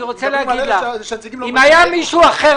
אני רוצה להגיד לך: אם היה מישהו אחר